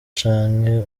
canke